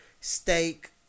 steak